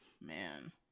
man